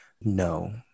No